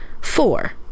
Four